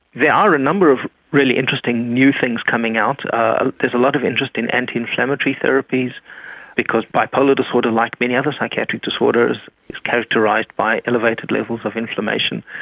there are a number of really interesting new things coming out. there's a there's a lot of interest in anti-inflammatory therapies because bipolar disorder, like many other psychiatric disorders, is characterised by elevated levels of inflammation.